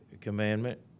Commandment